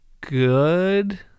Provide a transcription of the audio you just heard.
good